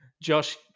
Josh